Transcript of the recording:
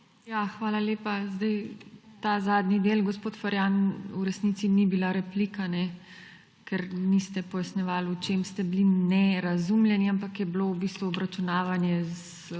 Hvala lepa. Ta zadnji del, gospod Ferjan, v resnici ni bila replika, ker niste pojasnjevali, v čem ste bili nerazumljeni, ampak je bilo v bistvu obračunavanje